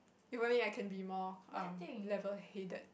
if only I can be more um level headed